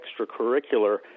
extracurricular